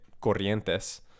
corrientes